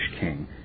king